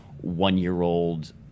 one-year-old